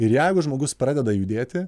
ir jeigu žmogus pradeda judėti